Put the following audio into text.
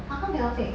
how come cannot fix